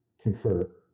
confer